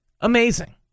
amazing